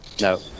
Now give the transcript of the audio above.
no